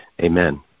Amen